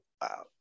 Wow